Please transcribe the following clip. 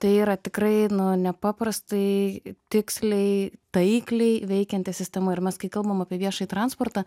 tai yra tikrai nu nepaprastai tiksliai taikliai veikianti sistema ir mes kai kalbam apie viešąjį transportą